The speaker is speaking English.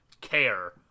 care